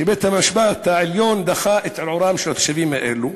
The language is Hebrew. שבית-המשפט העליון דחה את ערעורם של התושבים האלה,